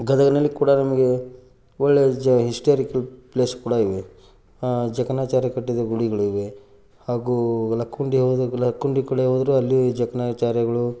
ಗದಗಿನಲ್ಲಿ ಕೂಡ ನಮಗೆ ಒಳ್ಳೆಯ ಜ ಹಿಸ್ಟೋರಿಕಲ್ ಪ್ಲೇಸ್ ಕೂಡ ಇವೆ ಜಕಣಾಚಾರಿ ಕಟ್ಟಿದ ಗುಡಿಗಳಿವೆ ಹಾಗೂ ಲಕ್ಕುಂಡಿ ಹೋದಾಗೆಲ್ಲ ಲಕ್ಕುಂಡಿ ಕಡೆ ಹೋದ್ರೆ ಅಲ್ಲಿ ಜಕಣಾಚಾರ್ಯಗಳು